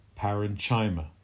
Parenchyma